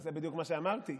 זה בדיוק מה שאמרתי.